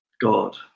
God